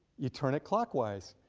you turn it clockwise.